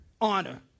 Honor